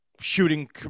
shooting